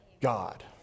God